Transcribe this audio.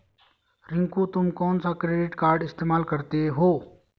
रिंकू तुम कौन सा क्रेडिट कार्ड इस्तमाल करते हो?